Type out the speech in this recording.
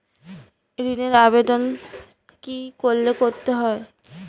ঋণের আবেদন কি করে করতে হয়?